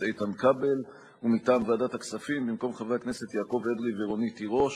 תודה רבה, אדוני השר.